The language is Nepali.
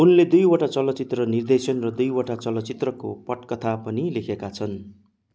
उनले दुईवटा चलचित्र निर्देशन र दुईवटा चलचित्रको पटकथा पनि लेखेका छन्